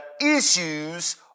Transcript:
issues